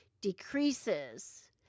decreases